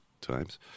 times